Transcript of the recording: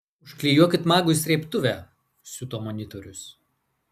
užklijuokit magui srėbtuvę siuto monitorius